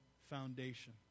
foundation